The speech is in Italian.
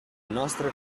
nostre